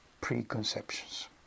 preconceptions